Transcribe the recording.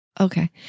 Okay